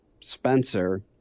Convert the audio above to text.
Spencer